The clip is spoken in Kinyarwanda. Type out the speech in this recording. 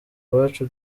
abacu